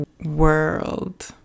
world